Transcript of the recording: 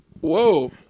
Whoa